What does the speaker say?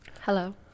Hello